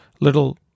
little